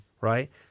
right